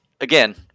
again